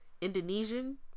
Indonesian